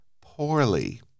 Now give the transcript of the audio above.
poorly